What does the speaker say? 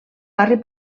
barri